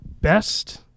best